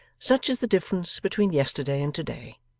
such is the difference between yesterday and today.